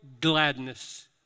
gladness